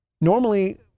Normally